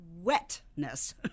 wetness